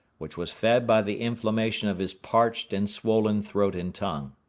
which was fed by the inflammation of his parched and swollen throat and tongue.